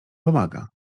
pomaga